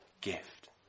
gift